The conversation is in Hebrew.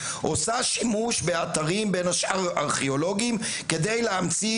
עושה שימוש באתרים בין השאר ארכיאולוגיים כדי להמציא